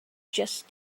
just